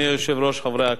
חברי הכנסת,